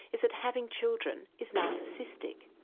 is that having children is narcissistic.